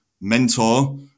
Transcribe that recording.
mentor